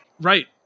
Right